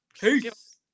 Peace